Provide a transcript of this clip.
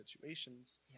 situations